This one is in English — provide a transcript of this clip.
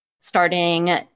starting